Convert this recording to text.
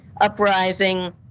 uprising